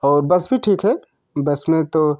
और बस भी ठीक है बस में तो